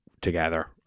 together